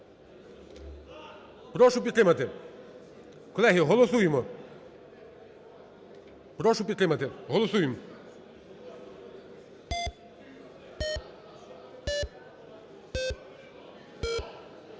Прошу підтримати. Колеги, голосуємо. Прошу підтримати. Голосуємо.